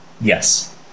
Yes